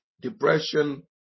depression